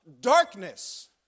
darkness